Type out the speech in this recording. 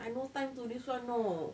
I no time to this one know